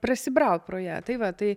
prasibraut pro ją tai va tai